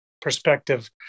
perspective